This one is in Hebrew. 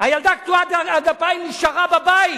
הילדה קטועת הגפיים נשארה בבית.